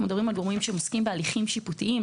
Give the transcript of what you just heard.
אנחנו מדברים על גורמים שעוסקים בהליכים שיפוטיים,